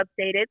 updated